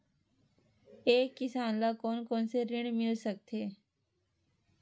एक किसान ल कोन कोन से ऋण मिल सकथे?